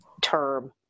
term